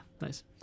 nice